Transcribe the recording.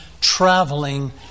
traveling